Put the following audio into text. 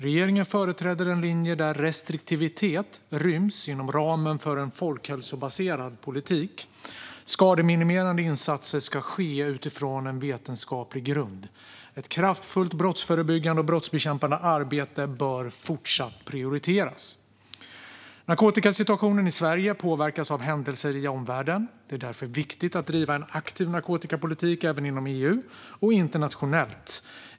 Regeringen företräder en linje där restriktivitet ryms inom ramen för en folkhälsobaserad politik. Skademinimerande insatser ska ske utifrån en vetenskaplig grund. Ett kraftfullt brottsförebyggande och brottsbekämpande arbete bör fortsatt prioriteras. Narkotikasituationen i Sverige påverkas av händelser i omvärlden. Det är därför viktigt att driva en aktiv narkotikapolitik även inom EU och internationellt.